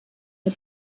der